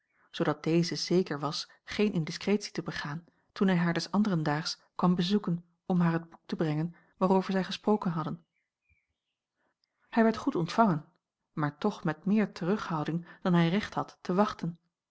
zoodat deze zeker was geene indiscretie te begaan toen hij haar des anderen daags kwam bezoeken om haar het boek te brengen waarover zij gesproken hadden hij werd goed ontvangen maar toch met meer terughouding dan hij recht had te wachten